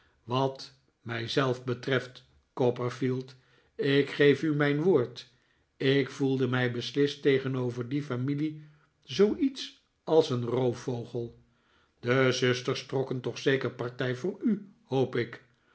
wat mij zelf betreft copperfield ik geef u mijn woord ik voelde mij beslist tegenover die familie zooiets als een roofvogel de zusters trokken toch zeker partij voor u hoop ik